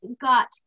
got